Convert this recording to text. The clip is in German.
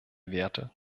werte